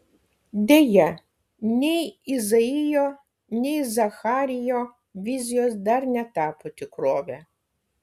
deja nei izaijo nei zacharijo vizijos dar netapo tikrove